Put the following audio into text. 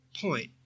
point